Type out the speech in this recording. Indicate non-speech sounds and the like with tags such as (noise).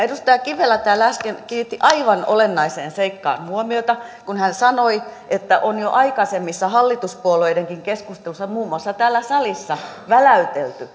(unintelligible) edustaja kivelä täällä äsken kiinnitti aivan olennaiseen seikkaan huomiota kun hän sanoi että on jo aikaisemmissa hallituspuolueidenkin keskusteluissa muun muassa täällä salissa väläytelty (unintelligible)